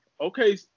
okay